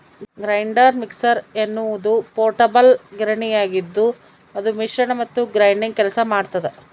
grinder mixer ಎನ್ನುವುದು portable ಗಿರಣಿಯಾಗಿದ್ದುಅದು ಮಿಶ್ರಣ ಮತ್ತು ಗ್ರೈಂಡಿಂಗ್ ಕೆಲಸ ಮಾಡ್ತದ